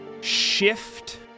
Shift